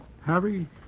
Harry